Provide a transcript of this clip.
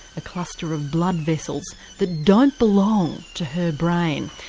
a cluster of blood vessels that don't belong to her brain.